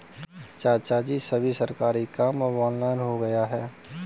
चाचाजी, सभी सरकारी काम अब ऑनलाइन हो गया है